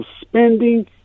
spending